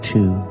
Two